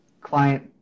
client